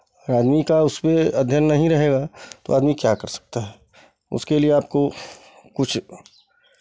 और आदमी का उसमें अध्ययन नहीं रहेगा तो आदमी क्या कर सकता है उसके लिए आपको कुछ